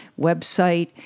website